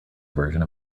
version